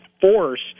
force